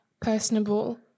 personable